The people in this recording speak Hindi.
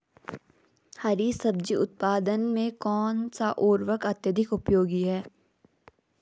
हरी सब्जी उत्पादन में कौन सा उर्वरक अत्यधिक उपयोगी है?